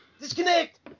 Disconnect